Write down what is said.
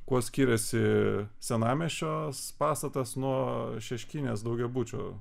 kuo skiriasi senamiesčio pastatas nuo šeškinės daugiabučio